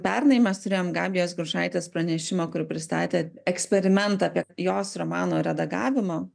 pernai mes turėjom gabijos grušaitės pranešimą kur pristatė eksperimentą apie jos romano redagavimą